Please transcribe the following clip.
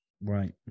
Right